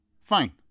Fine